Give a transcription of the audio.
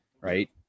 Right